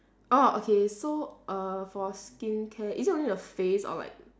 orh okay so err for skincare is it only the face or like